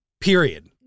period